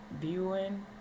viewing